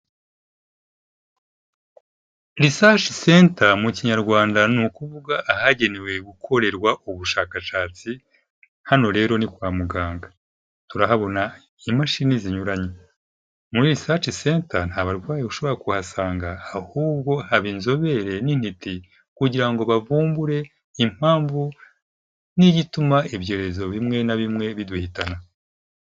nisac center mu kinyarwanda ni ukuvuga ahagenewe gukorerwa ubushakashatsi hano rero ni kwa muganga turahabona imashini zinyuranye muri cc center nta barwayi ushobora kuhasanga ahubwo haba inzobere ntiti kugira ngo bavumbure impamvu n'i ituma ibyorezo bimwe na bimwe biduhitana